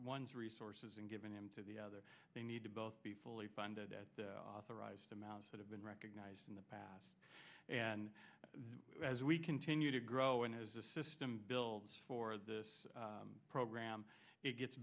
ones resources and giving them to the other they need to both be fully funded at the authorized a mouse would have been recognized in the past and as we continue to grow and as the system builds for this program it gets